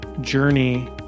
journey